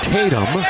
Tatum